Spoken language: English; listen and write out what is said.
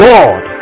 God